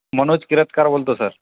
मनोज किरतकार बोलतो सर